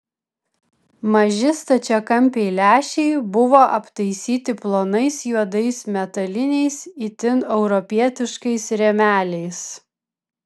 maži stačiakampiai lęšiai buvo aptaisyti plonais juodais metaliniais itin europietiškais rėmeliais